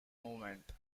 movement